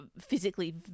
physically